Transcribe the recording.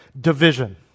division